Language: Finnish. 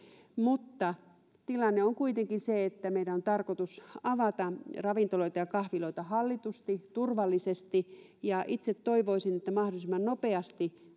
tilanne on kuitenkin se että meidän on tarkoitus avata ravintoloita ja kahviloita hallitusti turvallisesti ja itse toivoisin että mahdollisimman nopeasti